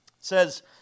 says